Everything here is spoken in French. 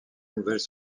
nouvelles